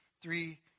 three